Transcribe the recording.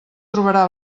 trobarà